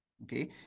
Okay